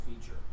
feature